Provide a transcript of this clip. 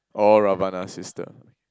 or Rabana's sister